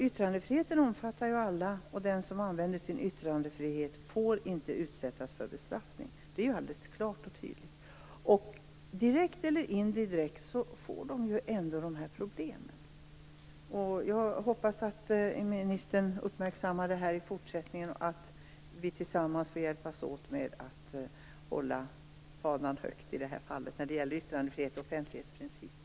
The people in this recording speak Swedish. Yttrandefriheten omfattar ju alla. Den som använder sin yttrandefrihet får inte utsättas för bestraffning, det är ju alldeles klart och tydligt. Direkt eller indirekt får man ju ändå de här problemen. Jag hoppas att ministern uppmärksammar det här i fortsättningen och att vi tillsammans kan hjälpas åt med att hålla fanan högt i det här fallet när det gäller yttrandefrihet och offentlighetsprincip.